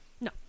No